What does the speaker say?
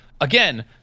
again